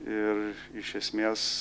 ir iš esmės